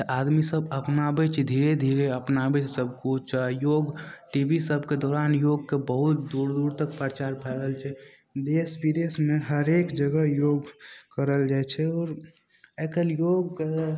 तऽ आदमीसभ अपनाबै छै धीरे धीरे अपनाबै छै सबकिछु योग टी वी सबके दौरान योगके बहुत दूर दूर तक प्रचार भै रहल छै देश विदेशमे हरेक जगह योग करल जाइ छै आओर आइकाल्हि योगके ने